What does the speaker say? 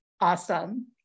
Awesome